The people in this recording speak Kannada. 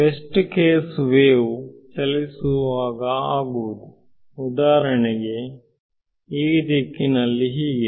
ಬೆಸ್ಟ್ ಕೇಸ್ ವೇವು ಚಲಿಸುವಾಗ ಆಗುವುದು ಉದಾಹರಣೆಗೆ ಈ ದಿಕ್ಕಿನಲ್ಲಿ ಹೀಗೆ